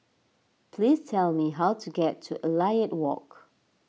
please tell me how to get to Elliot Walk